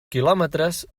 quilòmetres